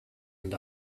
and